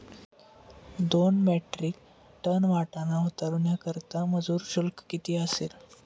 दोन metric tonne वाटाणा उतरवण्याकरता मजूर शुल्क किती असेल?